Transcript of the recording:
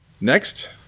Next